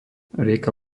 rieka